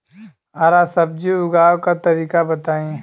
हरा सब्जी उगाव का तरीका बताई?